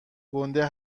گنده